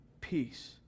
peace